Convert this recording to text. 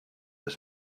his